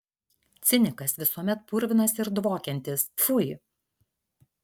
cinikas visuomet purvinas ir dvokiantis pfui